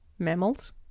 Mammals